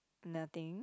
nothing